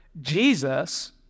Jesus